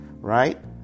right